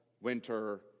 winter